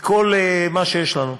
כל מה שיש לנו פה.